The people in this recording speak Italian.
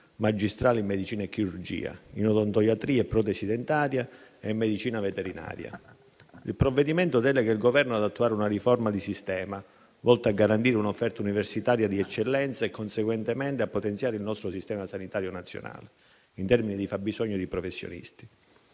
magistrale in medicina e chirurgia in odontoiatria e protesi dentaria e medicina veterinaria. Il provvedimento delega il Governo ad attuare una riforma di sistema volta a garantire un'offerta universitaria di eccellenza e conseguentemente a potenziare il nostro sistema sanitario nazionale in termini di fabbisogno di professionisti.